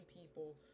people